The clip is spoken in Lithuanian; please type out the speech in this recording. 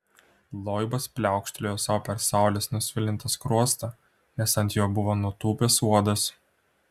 loibas pliaukštelėjo sau per saulės nusvilintą skruostą nes ant jo buvo nutūpęs uodas